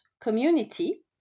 community